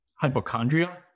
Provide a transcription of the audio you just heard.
hypochondria